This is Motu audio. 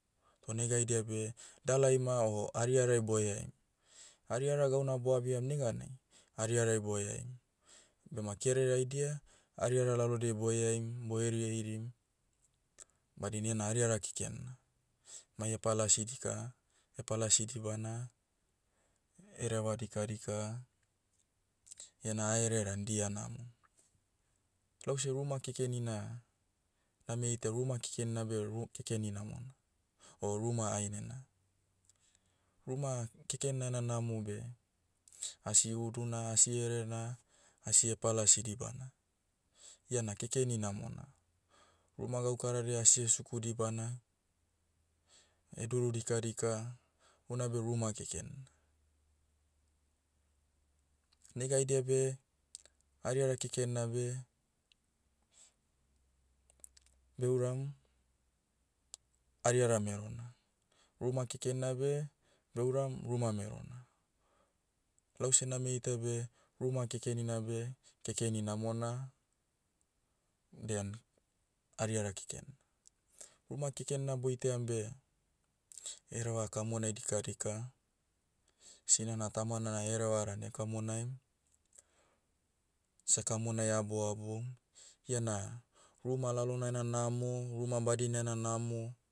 Toh negaidia beh, dalai ma o ariarai boheaim. Ariara gauna boabiam neganai, ariarai boheaim. Bema kerere aidia, ariara laodiai boheaim, bo heriheirim, badina iena ariara keken na. Mai hepalasi dika, hepalasi dibana, hereva dikadika, iena haere dan dia namo. Lause ruma kekenina, name itaia ruma kekenina beh ru- kekeni namona. O ruma hahinena. Ruma keken na ena namo beh, asi uduna asi erena, asi hepalasi dibana. Iana kekeni namona. Ruma gaukaradia asi hesiku dibana, heduru dikadika, unabe ruma keken. Negaidia beh, ariara keken na beh, beuram, ariara merona. Ruma keken na beh, beuram ruma merona. Lause name itaia beh, ruma kekenina beh, kekeni namona, den, ariara keken. Ruma keken na boitaiam beh, hereva kamonai dikadika, sinana tamana na hereva dan ekamonaim, sekamonai habou haboum. Iana, ruma lalona ena namo, ruma badinena namo,